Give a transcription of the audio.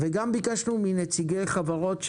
וגם ביקשנו מנציגי חברות,